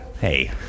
hey